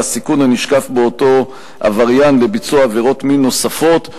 הסיכון הנשקף מאותו עבריין לבצע עבירות מין נוספות.